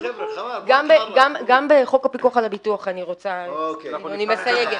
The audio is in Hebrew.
גם בחוק הפיקוח על הביטוח אני רוצה אני מסייגת.